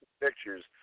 pictures